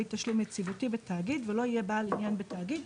תשלום יציבותי בתאגיד ולא יהיה בעל עניין בתאגיד,